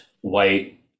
white